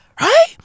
right